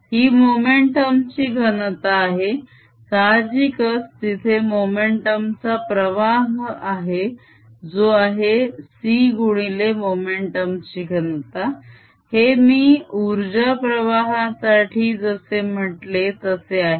ही momentum ची घनता आहे साहजिकच तिथे मोमेंटम चा प्रवाह आहे जो आहे c गुणिले मोमेंटम ची घनता हे मी उर्जा प्रवाहासाठी जसे म्हटले तसे आहे